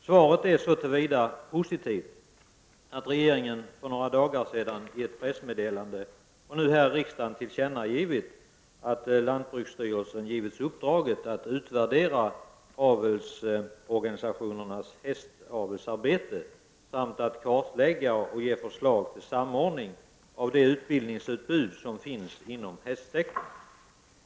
Svaret är så till vida positivt att regeringen för några dagar sedan i ett pressmeddelande och nu här i riksdagen har tillkännagivit att lantbruksstyrelsen givits uppdraget att utvärdera avelsorganisationernas hästavelsarbete samt att kartlägga och lämna förslag till samordning av det utbildningsutbud som finns inom hästsektorn.